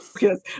Yes